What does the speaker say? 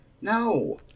No